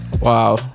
Wow